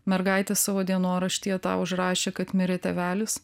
mergaitė savo dienoraštyje tą užrašė kad mirė tėvelis